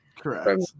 correct